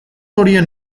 horien